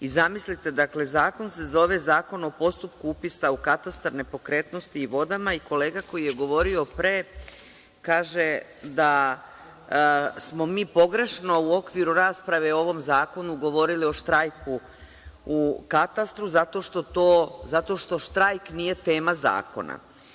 Zamislite, zakon se zove Zakon o postupku upisa u katastar nepokretnosti i vodama i kolega koji je govorio pre kaže da smo mi pogrešno u okviru rasprave o ovom zakonu govorili o štrajku u katastru zato što štrajk nije tema zakona.